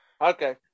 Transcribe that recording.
Okay